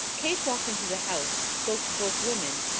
kate walked into the house, spoke to both women,